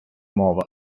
мова